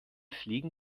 fliegen